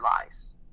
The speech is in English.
lies